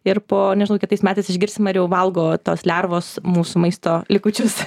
ir po nežinau kitais metais išgirsim ar jau valgo tos lervos mūsų maisto likučius